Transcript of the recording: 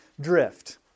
drift